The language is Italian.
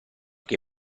che